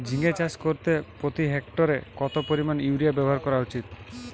ঝিঙে চাষ করতে প্রতি হেক্টরে কত পরিমান ইউরিয়া ব্যবহার করা উচিৎ?